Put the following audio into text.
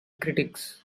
critics